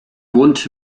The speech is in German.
wohnt